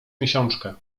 miesiączkę